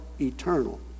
Eternal